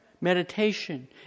meditation